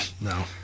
no